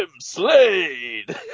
Slade